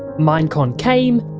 minecon came,